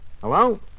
Hello